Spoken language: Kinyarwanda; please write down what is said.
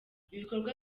ibikorwa